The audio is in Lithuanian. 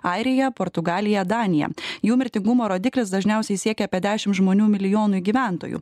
airija portugalija danija jų mirtingumo rodiklis dažniausiai siekia apie dešim žmonių milijonui gyventojų